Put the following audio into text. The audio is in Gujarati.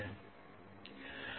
28V છે